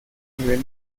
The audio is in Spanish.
nivel